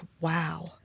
wow